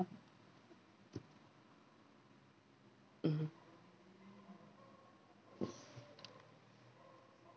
mm